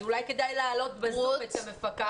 אז אולי כדאי להעלות בזום את המפקחת.